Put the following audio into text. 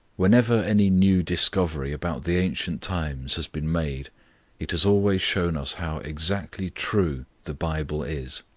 whenever any new discovery about the ancient times has been made it has always shown us how exactly true the bible is.